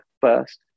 first